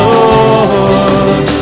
Lord